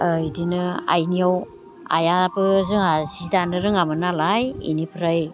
बिदिनो आइनियाव आइयाबो जोंहा जि दानो रोङामोन नालाय बेनिफ्राय